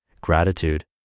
gratitude